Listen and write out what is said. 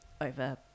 over